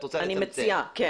כן.